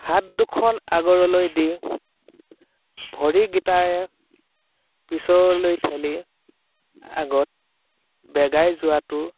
হাত দুখন আগলৈ দি ভৰিগিটাৰে পিছলৈ ঠেলি আগত বেগাই যোৱাটো